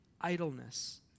idleness